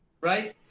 right